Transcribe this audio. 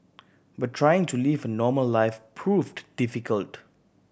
but trying to live a normal life proved difficult